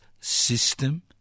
system